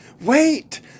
wait